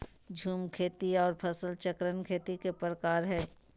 झूम खेती आर फसल चक्रण खेती के प्रकार हय